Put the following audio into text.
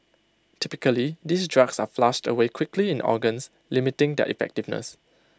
typically these drugs are flushed away quickly in organs limiting their effectiveness